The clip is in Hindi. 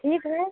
ठीक है